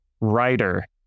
writer